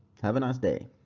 have a nice day!